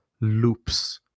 loops